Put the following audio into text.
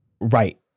Right